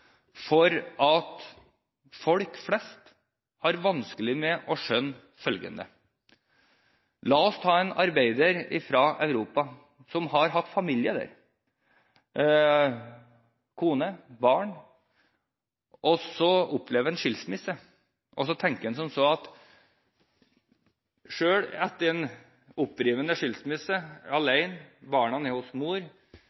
for at folk flest har vanskelig med å skjønne følgende: La oss ta en arbeider fra Europa som har hatt familie der – kone, barn – og så opplever han skilsmisse. Så tenker han som så, selv etter en opprivende